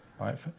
right